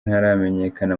ntaramenyekana